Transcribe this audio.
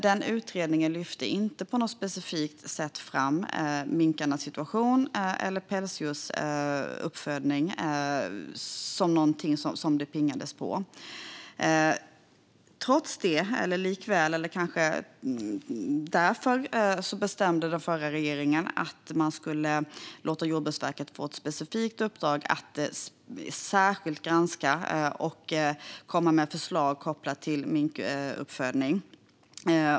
Den utredningen lyfte inte på något specifikt sätt fram minkarnas situation eller pälsdjursuppfödning som något det "pingades" på. Trots det - eller likväl eller kanske därför - bestämde den förra regeringen att man skulle låta Jordbruksverket få ett specifikt uppdrag att särskilt granska och komma med förslag kopplade till minkuppfödning.